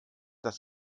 das